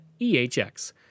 EHX